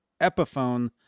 Epiphone